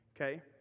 Okay